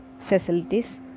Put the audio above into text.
facilities